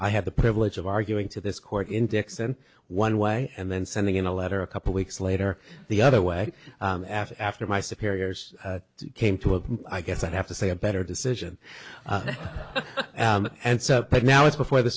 i had the privilege of arguing to this court in texas and one way and then sending in a letter a couple weeks later the other way after after my superiors came to a i guess i'd have to say a better decision and so now it's before the